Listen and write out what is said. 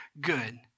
good